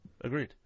Agreed